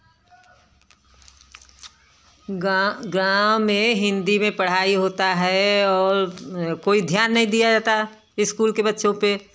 गाँव गाँव में हिंदी में पढ़ाई होता है और कोई ध्यान नहीं दिया जाता इस्कूल के बच्चों पर